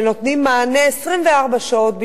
שנותנים מענה 24 שעות ביממה,